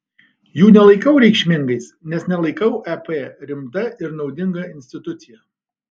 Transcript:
jų nelaikau reikšmingais nes nelaikau ep rimta ir naudinga institucija